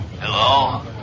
Hello